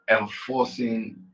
enforcing